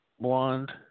blonde